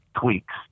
tweaks